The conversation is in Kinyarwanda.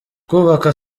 kubaka